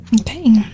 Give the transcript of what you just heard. Okay